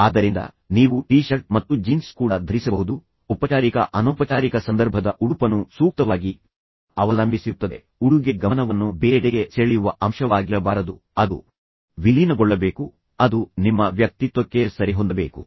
ಆದ್ದರಿಂದ ನೀವು T shirt ಮತ್ತು ಜೀನ್ಸ್ ಕೂಡ ಧರಿಸಬಹುದು ಔಪಚಾರಿಕ ಅನೌಪಚಾರಿಕ ಸಂದರ್ಭದ ಉಡುಪನ್ನು ಸೂಕ್ತವಾಗಿ ಅವಲಂಬಿಸಿರುತ್ತದೆ ಆದರೆ ಎಲ್ಲಾ ಸಮಯದಲ್ಲೂ ಉಡುಗೆ ಗಮನವನ್ನು ಬೇರೆಡೆಗೆ ಸೆಳೆಯುವ ಅಂಶವಾಗಿರಬಾರದು ಅದು ವಿಲೀನಗೊಳ್ಳಬೇಕು ಅದು ನಿಮ್ಮ ವ್ಯಕ್ತಿತ್ವಕ್ಕೆ ಸರಿಹೊಂದಬೇಕು